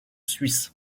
suisses